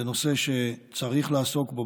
זה נושא שצריך לעסוק בו.